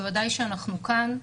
בוודאי שאנחנו כאן,